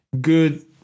good